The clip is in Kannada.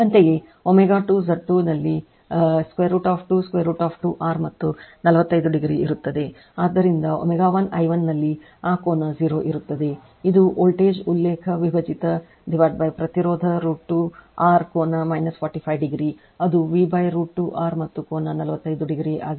ಅಂತೆಯೇ ω2 Z 2 ನಲ್ಲಿ √ 2 √ 2 R ಮತ್ತು 45 ಡಿಗ್ರಿ ಇರುತ್ತದೆ ಆದ್ದರಿಂದ ω 1 I 1 ನಲ್ಲಿ ಆ ಕೋನ 0 ಇರುತ್ತದೆ ಇದು ವೋಲ್ಟೇಜ್ ಉಲ್ಲೇಖ ವಿಭಜಿತ ಪ್ರತಿರೋಧ √ 2 R ಕೋನ 45 ಡಿಗ್ರಿ ಅದು V √ 2 R ಮತ್ತು ಕೋನ 45 ಡಿಗ್ರಿ ಆಗುತ್ತದೆ